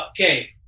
Okay